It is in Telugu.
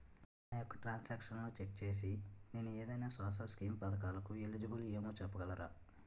నా యెక్క ట్రాన్స్ ఆక్షన్లను చెక్ చేసి నేను ఏదైనా సోషల్ స్కీం పథకాలు కు ఎలిజిబుల్ ఏమో చెప్పగలరా?